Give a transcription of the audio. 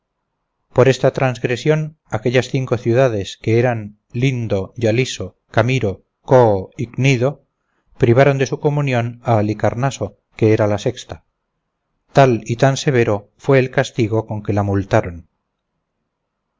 por esta transgresión aquellas cinco ciudades que eran lindo yalisso camiro coo y cnido privaron de su comunión a halicarnaso que era la sexta tal y tan severo fue el castigo con que la multaron